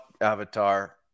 Avatar